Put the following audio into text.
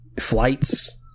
Flights